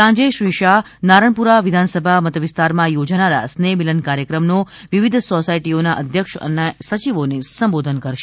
સાંજે શ્રી શાહ નારણપુરા વિધાનસભા મતવિસ્તારમાં યોજાનારા સ્નેહમિલન કાર્યક્રમનો વિવિધ સોસાયટીઓના અધ્યક્ષ તથા સચિવોને સંબોધન કરશે